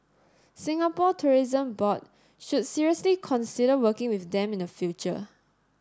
Singapore Tourism Board should seriously consider working with them in future